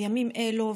בימים אלו,